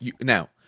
now